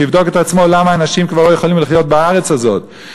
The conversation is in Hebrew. שיבדוק את עצמו למה אנשים כבר לא יכולים לחיות בארץ הזאת.